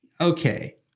Okay